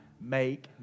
make